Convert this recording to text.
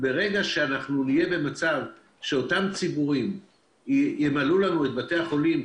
ברגע שאנחנו נהיה במצב שאותם ציבורים ימלאו לנו את בתי החולים,